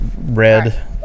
Red